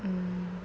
mm